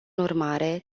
urmare